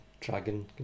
dragon